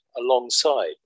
alongside